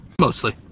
mostly